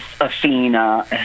Athena